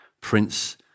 Prince